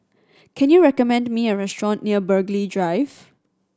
can you recommend me a restaurant near Burghley Drive